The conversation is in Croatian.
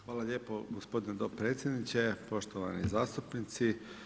Hvala lijepo gospodine dopredsjedniče, poštovani zastupnici.